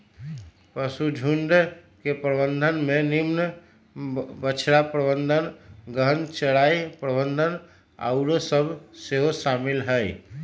पशुझुण्ड के प्रबंधन में निम्मन बछड़ा प्रबंधन, गहन चराई प्रबन्धन आउरो सभ सेहो शामिल हइ